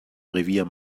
revier